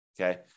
Okay